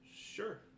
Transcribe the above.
sure